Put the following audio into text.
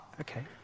okay